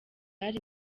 ari